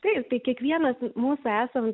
taip tai kiekvienas mūsų esam